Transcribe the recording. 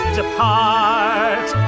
depart